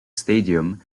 stadium